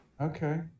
Okay